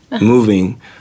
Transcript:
moving